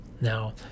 Now